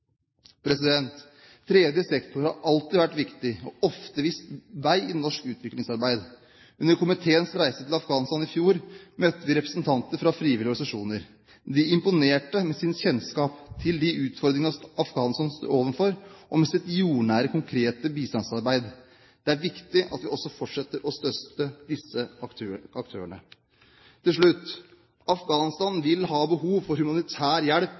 Tredje sektor har alltid vært viktig og ofte vist vei i norsk utviklingsarbeid. Under komiteens reise til Afghanistan i fjor møtte vi representanter fra frivillige organisasjoner. De imponerte med sitt kjennskap til de utfordringene Afghanistan står overfor, og sitt jordnære, konkrete bistandsarbeid. Det er viktig at vi også fortsetter å støtte disse aktørene. Til slutt: Afghanistan vil ha behov for humanitær hjelp